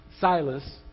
Silas